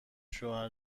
شوهر